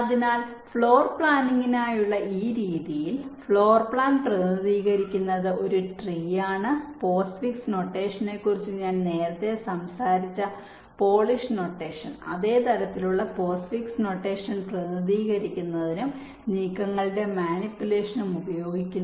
അതിനാൽ ഫ്ലോർ പ്ലാനിംഗിനായുള്ള ഈ രീതിയിൽ ഫ്ലോർ പ്ലാൻ പ്രതിനിധീകരിക്കുന്നത് ഒരു ട്രീ ആണ് പോസ്റ്റ്ഫിക്സ് നൊട്ടേഷനെക്കുറിച്ച് ഞാൻ നേരത്തെ സംസാരിച്ച പോളിഷ് നൊട്ടേഷൻ അതേ തരത്തിലുള്ള പോസ്റ്റ്ഫിക്സ് നൊട്ടേഷൻ പ്രതിനിധീകരിക്കുന്നതിനും നീക്കങ്ങളുടെ മാനിപുലേഷനും ഉപയോഗിക്കുന്നു